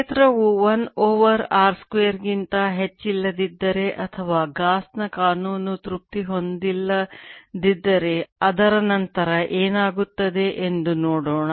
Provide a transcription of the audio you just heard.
ಕ್ಷೇತ್ರವು 1 over r square ಗಿಂತ ಹೆಚ್ಚಿಲ್ಲದಿದ್ದರೆ ಅಥವಾ ಗೌಸ್ ನ ಕಾನೂನು ತೃಪ್ತಿ ಹೊಂದಿಲ್ಲದಿದ್ದರೆ ಅದರ ನಂತರ ಏನಾಗುತ್ತದೆ ಎಂದು ನೋಡೋಣ